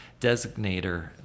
designator